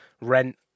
rent